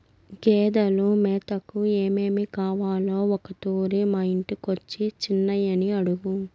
గేదెలు మేతకు ఏమేమి కావాలో ఒకతూరి మా ఇంటికొచ్చి చిన్నయని అడుగు